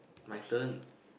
my turn